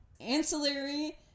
Ancillary